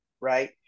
right